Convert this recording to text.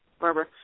Barbara